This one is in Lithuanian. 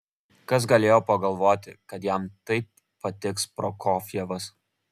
kas galėjo pagalvoti kad jam taip patiks prokofjevas